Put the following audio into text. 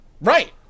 Right